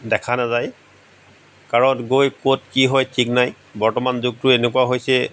দেখা নাযায় কাৰণ গৈ ক'ত কি হয় ঠিক নাই বৰ্তমান যুগটো এনেকুৱা হৈছে